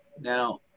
Now